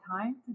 time